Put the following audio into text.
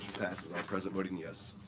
all present voting yes.